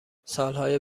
سالهای